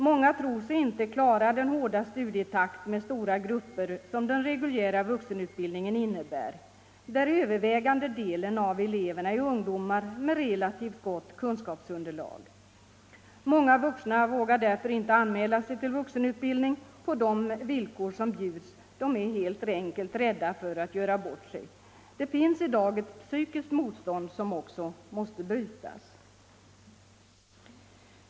Många tror sig inte klara den hårda studietakt med stora grupper som den reguljära vuxenutbildningen innebär, där övervägande delen av eleverna är ungdomar med relativt gott kunskapsunderlag. Många vuxna vågar därför inte anmäla sig till vuxenutbildning på de villkor som bjuds; de är helt enkelt rädda för att göra bort sig. Det finns i dag ett psykiskt motstånd som också måste brytas.